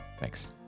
Thanks